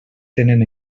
tenen